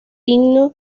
himno